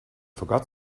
forgot